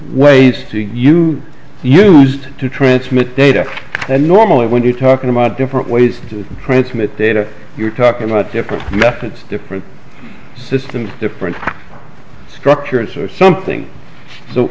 ways you use to transmit data and normally when you're talking about different ways to transmit data you're talking about different methods different systems different structure and sort of something so